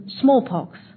smallpox